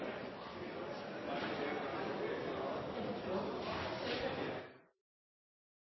president!